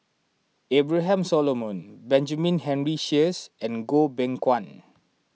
Abraham Solomon Benjamin Henry Sheares and Goh Beng Kwan